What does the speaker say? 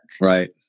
Right